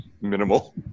minimal